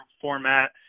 format